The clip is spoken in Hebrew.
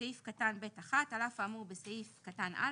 (ב) (1) על אף האמור בסעיף קטן (א),